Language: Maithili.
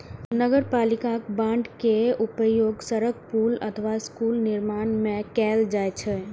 नगरपालिका बांड के उपयोग सड़क, पुल अथवा स्कूलक निर्माण मे कैल जाइ छै